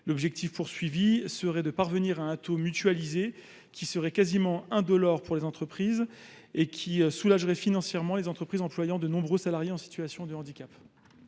objectif est de parvenir à un taux mutualisé qui serait quasiment indolore pour les entreprises et qui soulagerait financièrement les entreprises employant de nombreux salariés en situation de handicap.